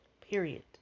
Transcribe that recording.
period